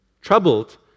troubled